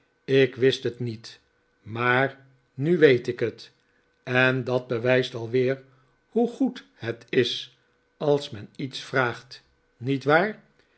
ik wist het niet maar nu weet ik het en dat bewijst alweer hoe goed het is als men iets vraagt niet waar